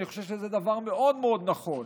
אני חושב שזה דבר מאוד מאוד נכון,